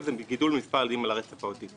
הוא גידול במספר הילדים על הרצף האוטיסטי.